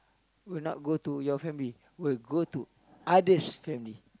would not go to your family will go to others family